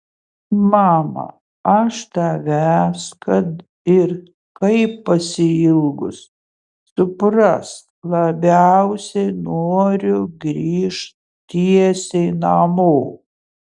mama aš tavęs kad ir kaip pasiilgus suprask labiausiai noriu grįžt tiesiai namo